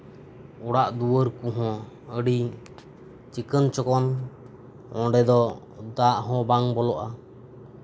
ᱚᱲᱟᱜ ᱫᱩᱣᱟᱹᱨ ᱠᱚᱦᱚᱸ ᱟᱹᱰᱤ ᱪᱤᱠᱚᱱᱪᱚᱠᱚᱱ ᱚᱸᱰᱮ ᱫᱚ ᱫᱟᱜ ᱦᱚᱸ ᱵᱟᱝ ᱵᱚᱞᱚᱜᱼᱟ